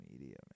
media